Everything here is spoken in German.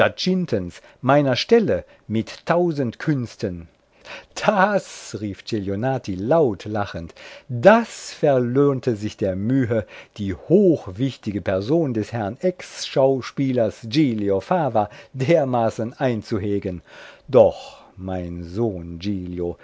meiner stelle mit tausend künsten das rief celionati laut lachend das verlohnte sich der mühe die hochwichtige person des herrn exschauspielers giglio fava dermaßen einzuhegen doch mein sohn